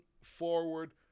forward